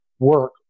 work